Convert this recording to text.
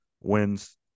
wins